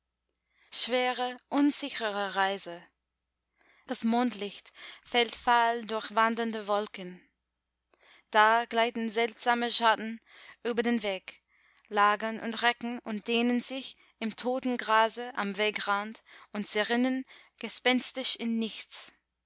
schwere unsichere reise das mondlicht fällt fahl durch wandernde wolken da gleiten seltsame schatten über den weg lagern und recken und dehnen sich im toten grase am wegrand und zerrinnen gespenstisch in nichts